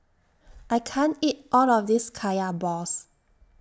I can't eat All of This Kaya Balls